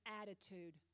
attitude